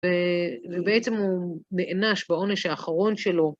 ובעצם הוא נענש בעונש האחרון שלו.